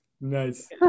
nice